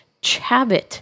Chabot